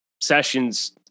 sessions